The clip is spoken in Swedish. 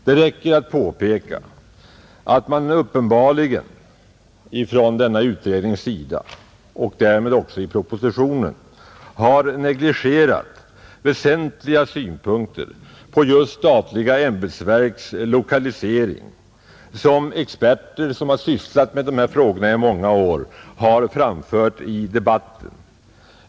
Det räcker att påpeka att man uppenbarligen från denna utrednings sida — och därmed också i propositionen — har negligerat viktiga synpunkter på just statliga ämbetsverks lokalisering, som experter — vilka har sysslat med de här frågorna i många år — har framfört i debatten.